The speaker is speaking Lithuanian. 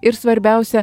ir svarbiausia